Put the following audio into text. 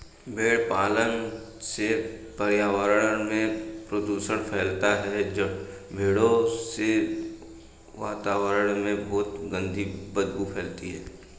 भेड़ पालन से पर्यावरण में प्रदूषण फैलता है भेड़ों से वातावरण में बहुत गंदी बदबू फैलती है